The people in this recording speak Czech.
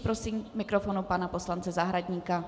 Prosím k mikrofonu pana poslance Zahradníka.